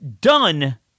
done